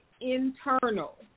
internal